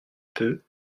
peu